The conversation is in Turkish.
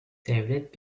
devlet